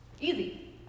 Easy